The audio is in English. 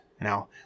Now